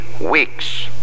weeks